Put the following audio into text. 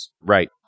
Right